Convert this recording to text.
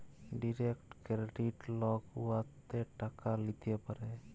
direct credit লক উয়াতে টাকা ল্যিতে পারে